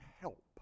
help